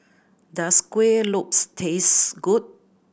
does Kuih Lopes taste good